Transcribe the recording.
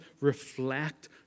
reflect